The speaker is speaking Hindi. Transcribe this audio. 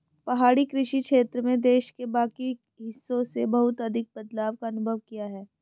पहाड़ी कृषि क्षेत्र में देश के बाकी हिस्सों से बहुत अधिक बदलाव का अनुभव किया है